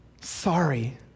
sorry